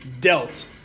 dealt